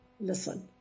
listen